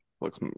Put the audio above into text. Looks